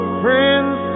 friends